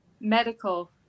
medical